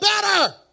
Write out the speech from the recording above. better